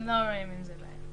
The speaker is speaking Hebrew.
הם לא רואים עם זה בעיה.